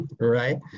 right